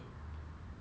ya but